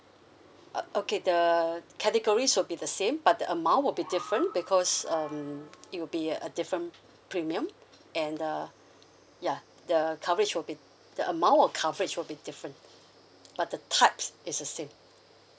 oh okay the categories will be the same but the amount would be different because um it will be a different premium and uh ya the coverage will be the amount of coverage will be different but the types is the same